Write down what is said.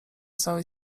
całej